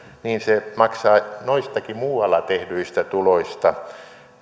niin se maksaa noistakin muualla tehdyistä tuloista